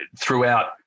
throughout